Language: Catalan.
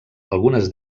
algunes